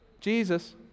Jesus